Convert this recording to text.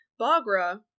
bagra